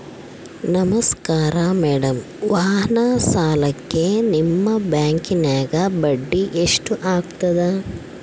ನಮಸ್ಕಾರ ಮೇಡಂ ವಾಹನ ಸಾಲಕ್ಕೆ ನಿಮ್ಮ ಬ್ಯಾಂಕಿನ್ಯಾಗ ಬಡ್ಡಿ ಎಷ್ಟು ಆಗ್ತದ?